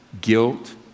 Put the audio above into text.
guilt